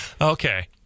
Okay